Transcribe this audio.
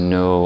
no